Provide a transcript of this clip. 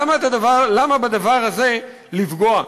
למה בדבר הזה לפגוע?